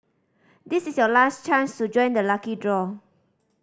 this is your last chance to join the lucky draw